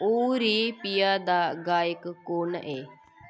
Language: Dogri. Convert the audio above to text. ओ रे पिया दा गायक कु'न ऐ